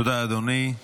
תודה, אדוני.